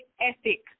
ethic